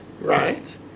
right